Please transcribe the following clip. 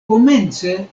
komence